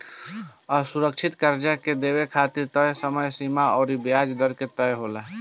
असुरक्षित कर्जा के देवे खातिर तय समय सीमा अउर ब्याज दर भी तय होला